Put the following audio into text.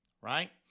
right